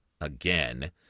again